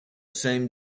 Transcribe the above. same